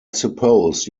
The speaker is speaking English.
suppose